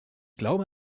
glaube